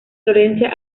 florencia